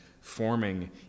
forming